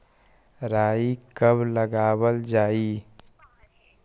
राई कब लगावल जाई?